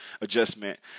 adjustment